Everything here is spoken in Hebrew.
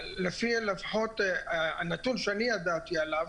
לפחות הנתון שאני ידעתי עליו,